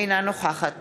אינה נוכחת